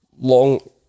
long